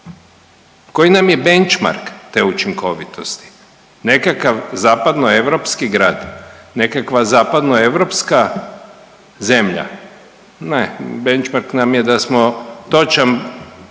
Koji nam je benchmark te učinkovitosti? Nekakav zapadnoeuropski grad, nekakva zapadnoeuropska zemlja, ne, benchmark nam je da smo točan